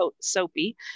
soapy